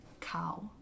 Cow